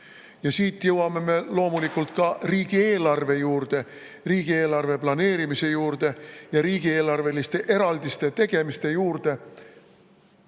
Ja siit jõuame loomulikult ka riigieelarve juurde, riigieelarve planeerimise juurde ja riigieelarveliste eraldiste tegemise juurde